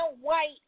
white